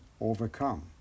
overcome